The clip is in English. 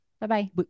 bye-bye